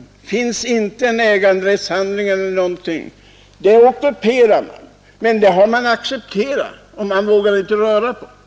Det finns inte en äganderättshandling eller någonting — markområdet är ockuperat. Men det har man accepterat, och man vågar inte röra vid den frågan.